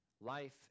life